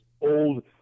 old